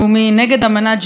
נגד אמנת ז'נבה,